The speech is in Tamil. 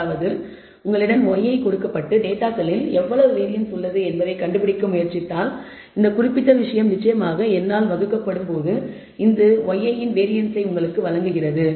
அதாவது உங்களிடம் yi கொடுக்கப்பட்டுடேட்டாகளில் எவ்வளவு வேரியன்ஸ் உள்ளது என்பதைக் கண்டுபிடிக்க முயற்சித்தால் இந்த குறிப்பிட்ட விஷயம் நிச்சயமாக n ஆல் வகுக்கப்படும் போது இது y இன் வேரியன்ஸ்ஸை உங்களுக்கு வழங்குகிறது